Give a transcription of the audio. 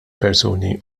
persuni